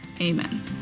Amen